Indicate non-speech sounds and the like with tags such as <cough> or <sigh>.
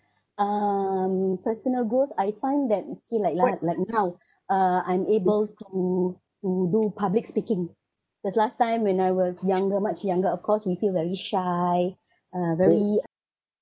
um personal growth I find that okay like la~ like now <breath> uh I'm able to to do public speaking cause last time when I was younger much younger of course we feel very shy <breath> uh very